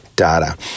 Data